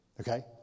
Okay